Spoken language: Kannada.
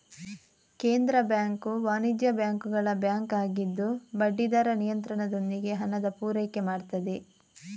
ಕೇಂದ್ರ ಬ್ಯಾಂಕು ವಾಣಿಜ್ಯ ಬ್ಯಾಂಕುಗಳ ಬ್ಯಾಂಕು ಆಗಿದ್ದು ಬಡ್ಡಿ ದರ ನಿಯಂತ್ರಣದೊಂದಿಗೆ ಹಣದ ಪೂರೈಕೆ ಮಾಡ್ತದೆ